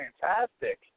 fantastic